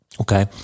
Okay